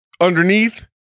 underneath